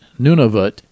Nunavut